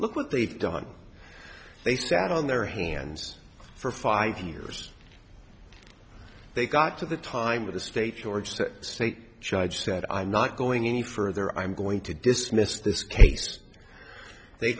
look what they've done they sat on their hands for five years they got to the time of the state or just a state judge said i'm not going any further i'm going to dismiss this case they